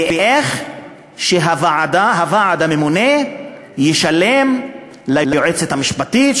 איך הוועדה הממונה תשלם ליועצת המשפטית,